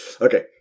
Okay